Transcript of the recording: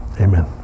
Amen